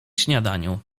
śniadaniu